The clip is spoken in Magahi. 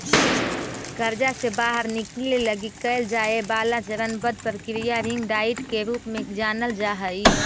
कर्जा से बाहर निकले लगी कैल जाए वाला चरणबद्ध प्रक्रिया रिंग डाइट के रूप में जानल जा हई